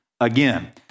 again